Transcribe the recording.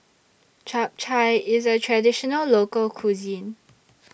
Chap Chai IS A Traditional Local Cuisine